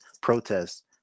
protests